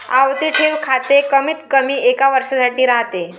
आवर्ती ठेव खाते कमीतकमी एका वर्षासाठी राहते